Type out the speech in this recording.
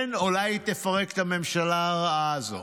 כן, אולי היא תפרק את הממשלה הרעה הזו,